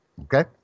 okay